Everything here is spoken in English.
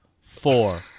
four